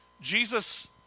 Jesus